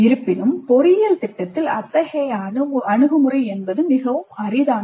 இருப்பினும் பொறியியல் திட்டத்தில் அத்தகைய அணுகுமுறை மிகவும் அரிதானது